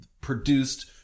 produced